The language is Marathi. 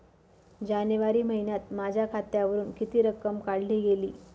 जानेवारी महिन्यात माझ्या खात्यावरुन किती रक्कम काढली गेली?